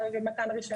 מתן רישיון.